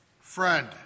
friend